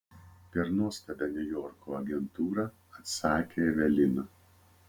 per nuostabią niujorko agentūrą atsakė evelina